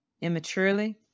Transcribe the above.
immaturely